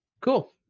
Cool